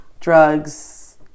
Drugs